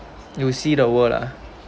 you will see the world lah